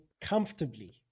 comfortably